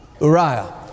Uriah